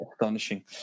astonishing